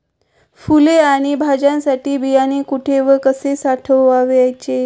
फुले आणि भाज्यांसाठी बियाणे कुठे व कसे साठवायचे?